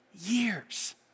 years